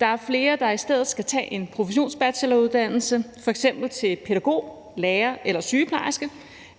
Der er flere, der i stedet skal tage en professionsbacheloruddannelse, f.eks. til pædagog, lærer eller sygeplejerske,